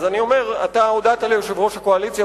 אז אני אומר: אתה הודעת ליושב-ראש הקואליציה,